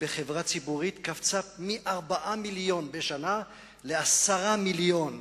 בחברה ציבורית קפצה מ-4 מיליונים בשנה ל-10 מיליונים,